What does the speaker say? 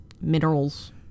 minerals